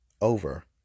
over